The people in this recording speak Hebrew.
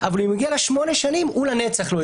אבל אם הוא הגיע ל-8 שנים הוא לנצח לא יוכל לחזור.